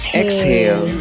exhale